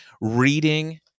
reading